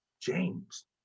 James